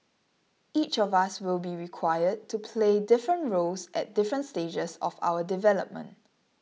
each of us will be required to play different roles at different stages of our development